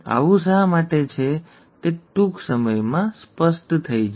આવું શા માટે છે તે ખૂબ જ ટૂંક સમયમાં સ્પષ્ટ થઈ જશે